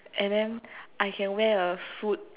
and then I can wear a suit